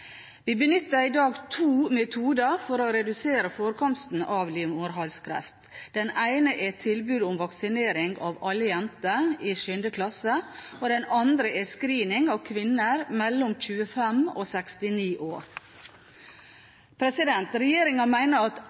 Vi benytter i dag to metoder for å redusere forekomsten av livmorhalskreft. Den ene er tilbud om vaksinering av alle jenter i 7. klasse, og den andre er screening av kvinner mellom 25 og 69 år. Regjeringen mener at